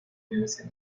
universidad